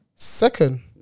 second